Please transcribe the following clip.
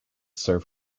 serve